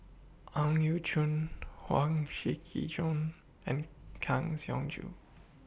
Ang Yau Choon Huang Shiqi Joan and Kang Siong Joo